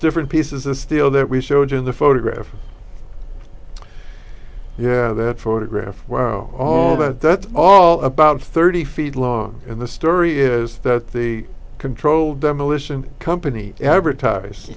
different pieces of steel that we showed in the photograph yeah that photograph wow all but that's all about thirty feet long and the story is that the controlled demolition company advertise